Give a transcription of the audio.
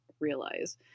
realize